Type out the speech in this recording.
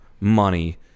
money